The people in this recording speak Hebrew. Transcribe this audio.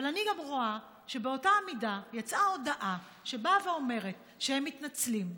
אבל אני גם רואה שבאותה מידה יצאה הודעה שבאה ואומרת שהם מתנצלים,